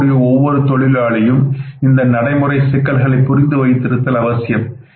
வரக்கூடிய ஒவ்வொரு தொழிலாளியும் இந்த நடைமுறை சிக்கல்களை புரிந்து வைத்திருத்தல் அவசியம்